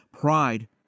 Pride